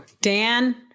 Dan